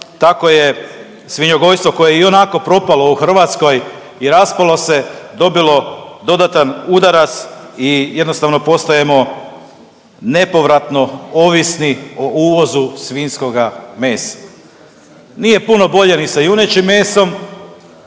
tako je svinjogojstvo koje je i onako propalo u Hrvatskoj i raspalo se dobilo dodatan udarac i jednostavno postajemo nepovratno ovisni o uvozu svinjskoga mesa. Nije puno bolje ni sa junećim mesom,